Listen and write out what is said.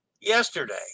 yesterday